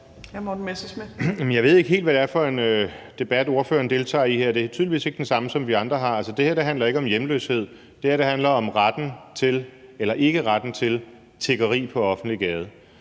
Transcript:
jeg ved ikke helt, hvad det er for en debat, ordføreren deltager i her. Det er tydeligvis ikke den samme, som vi andre har. Altså, det her handler ikke om hjemløshed, det her handler om retten til eller ikke retten til tiggeri på offentlig gade.